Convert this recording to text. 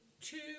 two